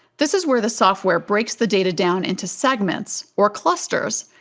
this is where the software breaks the data down into segments, or clusters,